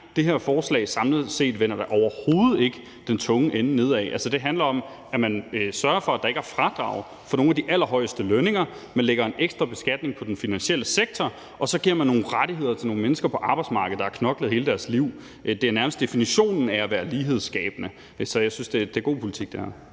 det her forslag vender da samlet set overhovedet ikke den tunge ende nedad. Altså, det handler om, at man sørger for, at der ikke er fradrag for nogle af de allerhøjeste lønninger, at man lægger en ekstra beskatning på den finansielle sektor, og så giver man nogle rettigheder til nogle mennesker på arbejdsmarkedet, der har knoklet hele deres liv. Det er nærmest definitionen på at være lighedsskabende. Så jeg synes, at det her er god politik. Kl.